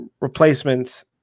replacements